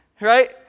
Right